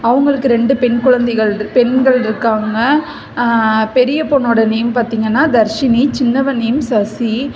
அவங்களுக்கு ரெண்டு பெண் குழந்தைகள் பெண்கள் இருக்காங்கள் பெரிய பொண்ணோட நேம் பார்த்திங்கன்னா தர்ஷினி சின்னவள் நேம் சசி